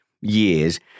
years